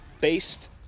based